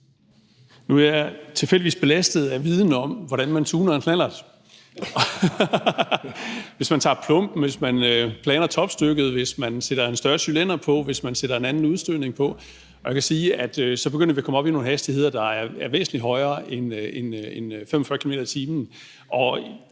Nu er jeg tilfældigvis belastet af viden om, hvordan man tuner en knallert. Man kan gøre det, hvis man tager plumben, hvis man planer topstykket, hvis man sætter en større cylinder på, eller hvis man sætter en anden udstødning på. Man kan sige, at så begynder vi at komme op i nogle hastigheder, der er væsentlig højere end 45 km/t.,